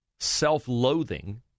self-loathing